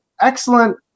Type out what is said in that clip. excellent